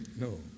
No